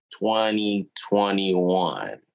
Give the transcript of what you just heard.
2021